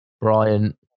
Brian